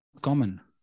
common